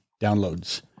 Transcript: downloads